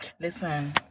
listen